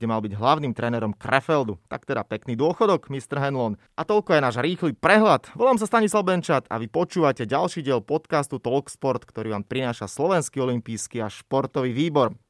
kde mal byť hlavným trénerom Krefeldu. Tak teda pekný dôchodok, Mr. Henlon. A toľko je náš rýchly prehľad. Volám sa Stanislav Benčat a vy počúvate ďalší diel podcastu Talksport, ktorý vám prináša Slovenský olimpijský a športový výbor.